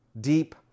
deep